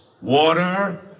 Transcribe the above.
water